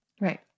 Right